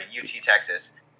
UT-Texas